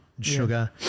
Sugar